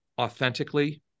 authentically